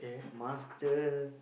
Master